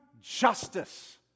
justice